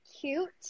cute